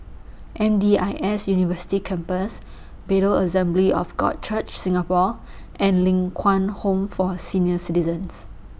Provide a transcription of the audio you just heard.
M D I S University Campus Bethel Assembly of God Church Singapore and Ling Kwang Home For Senior Citizens